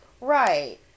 Right